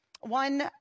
one